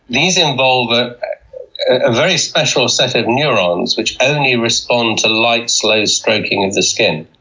these involve a ah very special set of neurons which only respond to light, slow stroking of the skin.